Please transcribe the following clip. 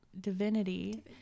divinity